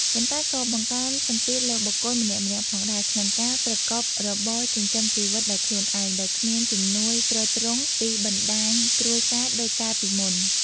ប៉ុន្តែក៏បង្កើនសម្ពាធលើបុគ្គលម្នាក់ៗផងដែរ ក្នុងការប្រកបរបរចិញ្ចឹមជីវិតដោយខ្លួនឯង ដោយគ្មានជំនួយទ្រទ្រង់ពីបណ្តាញគ្រួសារដូចកាលពីមុន។